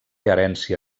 herència